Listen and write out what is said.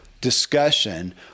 discussion